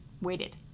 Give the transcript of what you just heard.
waited